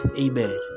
Amen